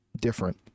different